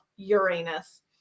uranus